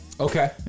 Okay